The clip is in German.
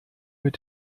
mit